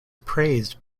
praised